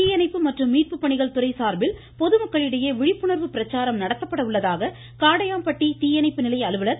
தீயணைப்பு மற்றும் மீட்புப் பணிகள் துறை சார்பில் பொதுமக்களிடையே விழிப்புணர்வு பிரச்சாரம் நடத்தப்பட உள்ளதாக காடையாம்பட்டி தீயணைப்பு நிலைய அலுவலர் திரு